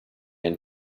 and